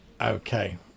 okay